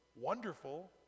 wonderful